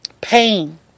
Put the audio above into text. pain